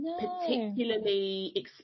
particularly